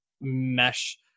mesh